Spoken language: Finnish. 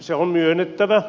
se on myönnettävä